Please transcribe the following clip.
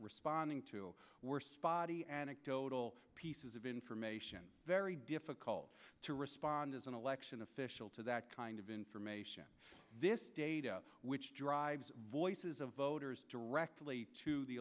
responding to were spotty anecdotal pieces of information very difficult to respond as an election official to that kind of information this data which drives voices of voters directly to the